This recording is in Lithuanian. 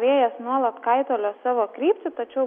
vėjas nuolat kaitalios savo kryptį tačiau